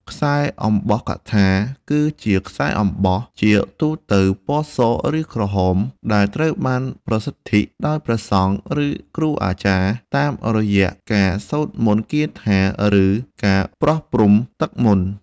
ខ្សែអំបោះកថា គឺជាខ្សែអំបោះ ជាទូទៅពណ៌ស ឬក្រហម ដែលត្រូវបានប្រសិទ្ធីដោយព្រះសង្ឃ ឬគ្រូអាចារ្យ តាមរយៈការសូត្រមន្តគាថា ឬការប្រោះព្រំទឹកមន្ត។